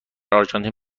آرژانتین